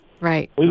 Right